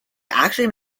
actually